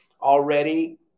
already